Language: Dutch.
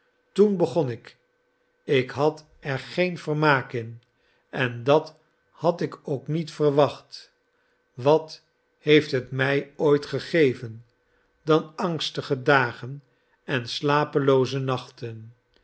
toen begon ik ik had er geen vermaak in en dat had ik ook niet verwacht wat heeft het mij ooit gegeven dan angstige dagen en slapelooze nachten